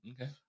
Okay